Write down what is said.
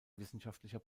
wissenschaftlicher